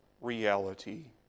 reality